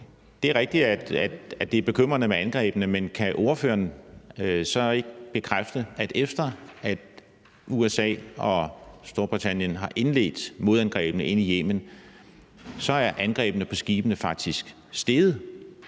Det er rigtigt, at det er bekymrende med angrebene, men kan ordføreren så ikke bekræfte, at efter at USA og Storbritannien har indledt modangrebene ind i Yemen, er antallet af angreb på skibene faktisk steget,